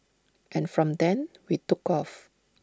and from then we took off